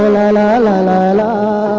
la la la la la